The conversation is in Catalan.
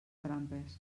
trampes